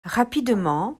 rapidement